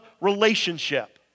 relationship